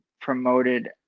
promoted